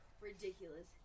ridiculous